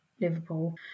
Liverpool